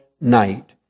night